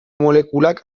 molekulak